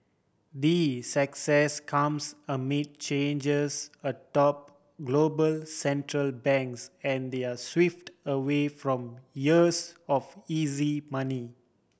the success comes amid changes atop global Central Banks and their shift away from years of easy money